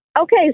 Okay